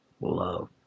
Love